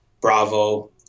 Bravo